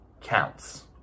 counts